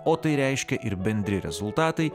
o tai reiškia ir bendri rezultatai